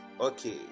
Okay